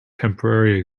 temporary